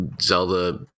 Zelda